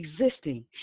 existing